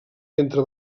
entre